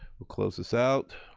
we'll close this out,